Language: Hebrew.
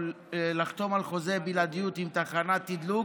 לחתום על חוזה בלעדיות עם תחנת תדלוק